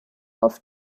oft